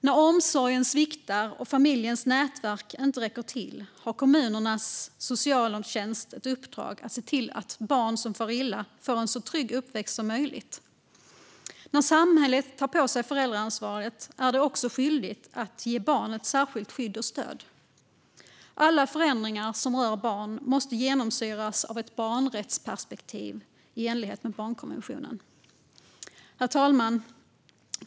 När omsorgen sviktar och familjens nätverk inte räcker till har kommunernas socialtjänst i uppdrag att se till att barn som far illa får en så trygg uppväxt som möjligt. När samhället tar på sig föräldraansvaret är det också skyldigt att ge barnet särskilt skydd och stöd. Alla förändringar som rör barn måste genomsyras av ett barnrättsperspektiv i enlighet med barnkonventionen. Herr talman!